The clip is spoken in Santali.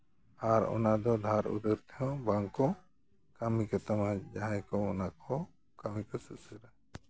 ᱟᱨ ᱚᱱᱟ ᱫᱚ ᱫᱷᱟᱨ ᱩᱫᱷᱟᱹᱨ ᱛᱮᱦᱚᱸ ᱵᱟᱝᱠᱚ ᱠᱟᱹᱢᱤ ᱠᱟᱛᱟᱢᱟ ᱡᱟᱦᱟᱸ ᱜᱮᱠᱚ ᱚᱱᱟ ᱜᱮᱠᱚ ᱠᱟᱹᱢᱤ ᱠᱚ ᱥᱩᱥᱟᱹᱨᱟ